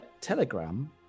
telegram